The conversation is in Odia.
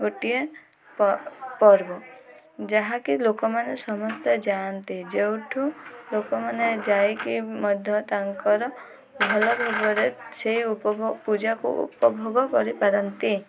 ଗୋଟିଏ ପର୍ବ ଯାହାକି ଲୋକମାନେ ସମସ୍ତେ ଯାଆନ୍ତି ଯେଉଁଠୁ ଲୋକମାନେ ଯାଇକି ମଧ୍ୟ ତାଙ୍କର ଭଲ ପର୍ବରେ ସେଇ ଉପଭୋଗ ପୂଜାକୁ ଉପଭୋଗ କରିପାରନ୍ତି